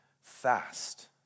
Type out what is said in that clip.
fast